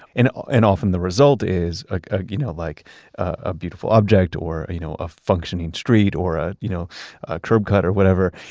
and and often the result is ah you know like a beautiful object, or you know a functioning street, or ah you know a curb cut or whatever.